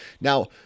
Now